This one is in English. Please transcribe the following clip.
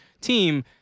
team